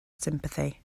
sympathy